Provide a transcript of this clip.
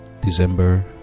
December